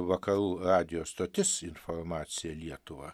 vakarų radijo stotis informacija lietuvą